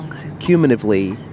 cumulatively